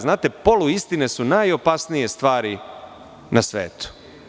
Znate, poluistine su najopasnije stvari na svetu.